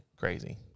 crazy